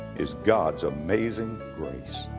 is god's amazing grace.